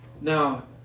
Now